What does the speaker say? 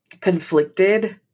conflicted